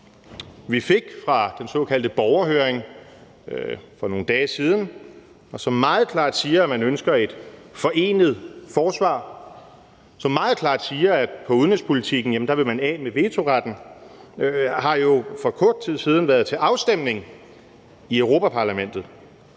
vi fik fra den såkaldte borgerhøring for nogle dage siden, som meget klart siger, at man ønsker et forenet forsvar, og som meget klart siger, at i udenrigspolitikken vil man af med vetoretten, har jo for kort tid siden været til afstemning i Europa-Parlamentet,